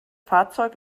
fahrzeug